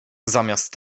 zamiast